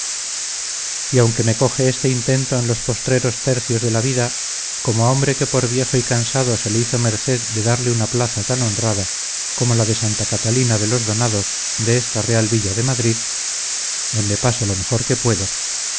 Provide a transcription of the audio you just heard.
y aunque me coge este intento en los postreros tercios de la vida como a hombre que por viejo y cansado se le hizo merced de darle una plaza tan honrada como la de santa catalina de los donados de esta real villa de madrid donde paso lo mejor que puedo en los intervalos que